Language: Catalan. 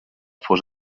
fos